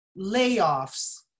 layoffs